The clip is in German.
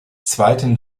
zweiten